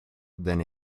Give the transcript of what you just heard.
than